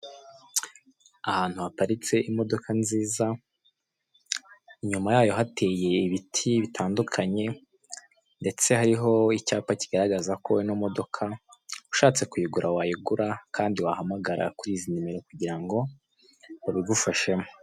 Ahantu haparitse imodoka nziza inyuma yayo hateye ibiti bitandukanye ndetse hariho icyapa kigaragaza ko ino modoka ushatse kuyigura wayigura kandi wahamagara kuri izi nimero kugira ngo babigufashemo.